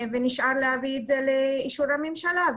ונשאר להביא את זה לאישור הממשלה,